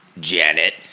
Janet